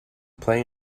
play